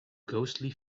ghostly